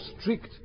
strict